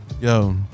yo